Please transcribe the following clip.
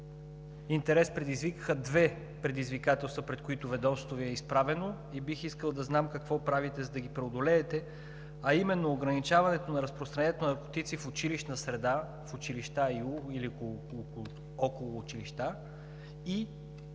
интерес предизвикаха две предизвикателства, пред които ведомството Ви е изправено, и бих искал да знам какво правите, за да ги преодолеете, а именно: ограничаването на разпространението на наркотици в училищна среда, в училища или около училища, и използването